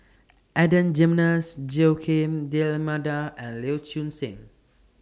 Adan Jimenez Joaquim D'almeida and Lee Choon Seng